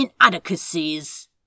inadequacies